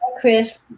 Chris